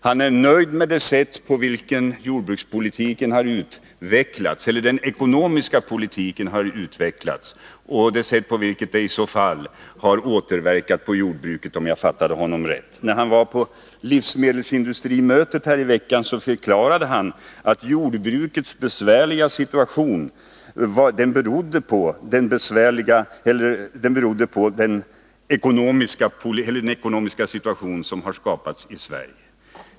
Han är nöjd med det sätt på vilket den ekonomiska politiken har utvecklats och med det sätt på vilket den i så fall har återverkat på jordbruket — om jag fattade honom rätt. veckan förklarade han att jordbrukets besvärliga läge berodde på den ekonomiska situation som har skapats i Sverige.